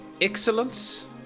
excellence